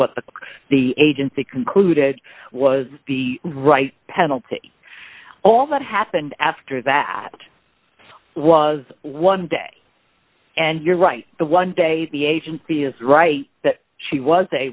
the the agency concluded was the right penalty all that happened after that was one day and you're right the one day the agency is right that she was a